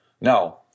Now